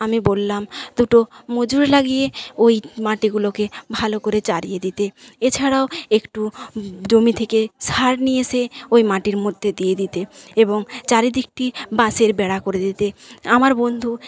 আমি বললাম দুটো মজুর লাগিয়ে ওই মাটিগুলোকে ভালো করে চারিয়ে দিতে এছাড়াও একটু জমি থেকে সার নিয়ে এসে ওই মাটির মধ্যে দিয়ে দিতে এবং চারিদিকটি বাঁশের বেড়া করে দিতে আমার বন্ধু